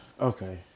okay